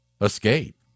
Escape